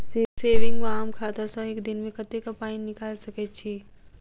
Saving वा आम खाता सँ एक दिनमे कतेक पानि निकाइल सकैत छी?